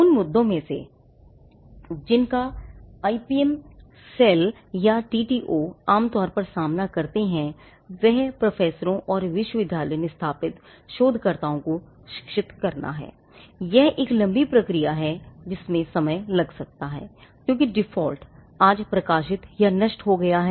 उन मुद्दों में से एक जिनका आईपीएम सेल या टीटीओ आज प्रकाशित या नष्ट हो गया है